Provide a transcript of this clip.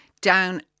down